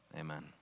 amen